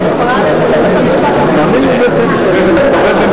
אני יכולה לצטט את המשפט האחרון של השר.